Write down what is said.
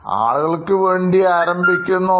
ആദ്യം ആളുകൾക്ക് വേണ്ടി ആരംഭിക്കുക